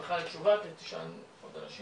שמחה לתשובה, יש עוד אנשים